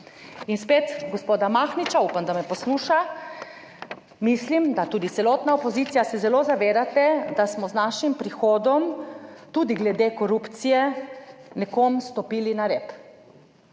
In spet gospoda Mahniča, upam, da me posluša, mislim, da tudi celotna opozicija se zelo zavedate, da smo z našim prihodom tudi glede korupcije nekomu stopili na rep.